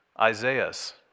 Isaiah's